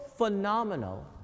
phenomenal